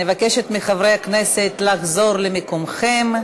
אני מבקשת מחברי הכנסת, לחזור למקומם.